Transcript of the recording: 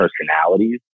personalities